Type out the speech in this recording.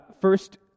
first